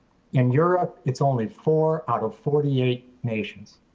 in europe it's only four out of forty eight nations.